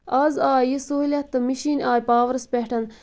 آز آیہِ یہِ سہوٗلِیت تہٕ مِشیٖن آیہِ پاورَس پٮ۪ٹھ